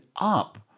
up